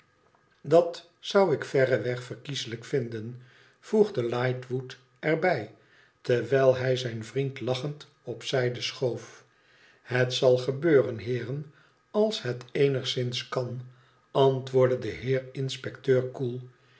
tdat zou ik verreweg verkieslijker vinden voegde lightwood er bij terwijl hij zijn vriend lachend op zijde schoof het zal gebeuren heeren als het eenigzins kan antwoordde de iieer inspecteur koel